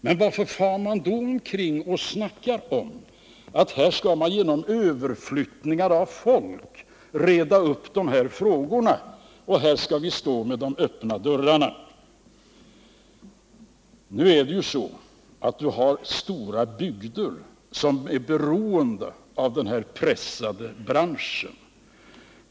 Men varför far man då omkring och snackar om att man skall reda upp de här frågorna genom överflyttningar av folk och att vi i Sverige skall stå med dörrarna öppna? Vi har också stora bygder som är beroende av den här pressade branschen.